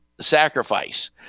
sacrifice